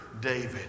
David